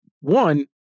one